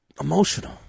emotional